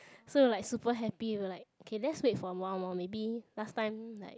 so like super happy we're like okay let's wait for one more maybe last time like